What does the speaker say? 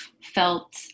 felt